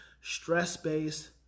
stress-based